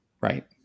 Right